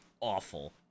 awful